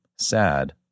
sad